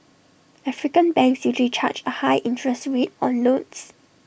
African banks usually charge A high interest rate on loans